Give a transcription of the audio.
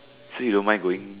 see you don't mind going